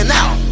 out